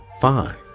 Fine